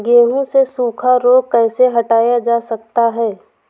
गेहूँ से सूखा रोग कैसे हटाया जा सकता है?